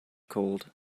cold